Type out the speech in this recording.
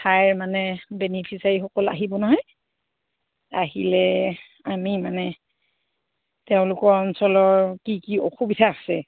ঠাইৰ মানে বেনিফিচাৰীসকল আহিব নহয় আহিলে আমি মানে তেওঁলোকৰ অঞ্চলৰ কি কি অসুবিধা আছে